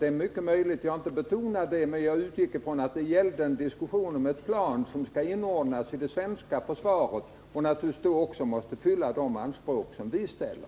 Det är mycket möjligt att jag inte betonade det, men jag utgick ifrån att det gällde en diskussion om ett plan som skall inordnas i det svenska försvaret och då naturligtvis måste motsvara de anspråk som vi ställer.